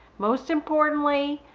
most importantly,